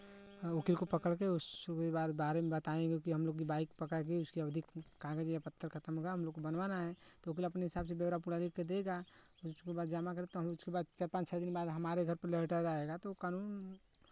वकील को पकड़ के उसके बाद बारे में बताएँगे कि हमलोग की बाइक पकड़ा गयी उसकी अवधि कागज़ या पत्तर का काम होगा हमलोग को बनवाना है तो वकील अपने हिसाब से पूरा पूरा लिख के देगा उसको बाद जमा करता हूँ उसके बाद चार पाँच छः दिन बाद हमारे घर पर लेटर आएगा तो कानून